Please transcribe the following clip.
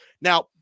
Now